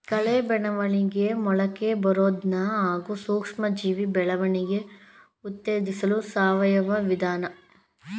ಕಳೆ ಬೆಳವಣಿಗೆ ಮೊಳಕೆಬರೋದನ್ನ ಹಾಗೂ ಸೂಕ್ಷ್ಮಜೀವಿ ಬೆಳವಣಿಗೆ ಉತ್ತೇಜಿಸಲು ಸಾವಯವ ವಿಧಾನ ಬಳುಸ್ತಾರೆ